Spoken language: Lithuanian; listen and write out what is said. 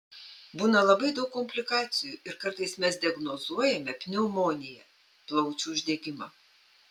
būna labai daug komplikacijų ir kartais mes diagnozuojame pneumoniją plaučių uždegimą